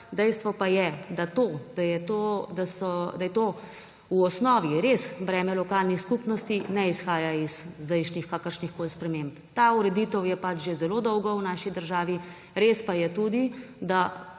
Dejstvo pa je, da to, da je to v osnovi res breme lokalnih skupnosti, ne izhaja iz kakršnihkoli zdajšnjih sprememb. Ta ureditev je že zelo dolgo v naši državi, res pa je tudi, da